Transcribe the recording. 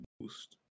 boost